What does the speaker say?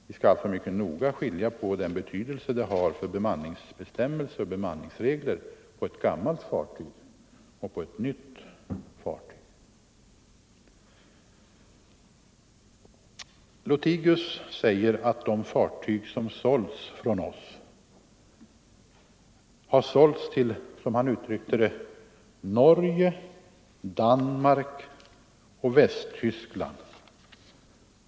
Vi bör alltså mycket noga skilja mellan bemanningsreglernas olika betydelse på ett gammalt fartyg och på ett nytt fartyg. Herr Lothigius sade att de fartyg som sålts från oss har sålts till Norge, Danmark och Västtyskland.